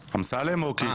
אמסלם או קיש?